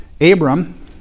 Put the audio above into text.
Abram